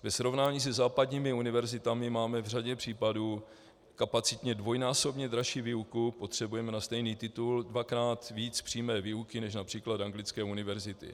Ve srovnání se západními univerzitami máme v řadě případů kapacitně dvojnásobně dražší výuku, potřebujeme na stejný titul dvakrát víc přímé výuky než například anglické univerzity.